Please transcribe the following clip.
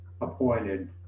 appointed